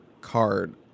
card